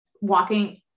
walking